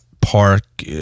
park